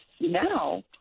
Now